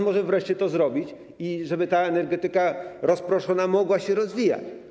Może wreszcie czas to zrobić, żeby ta energetyka rozproszona mogła się rozwijać.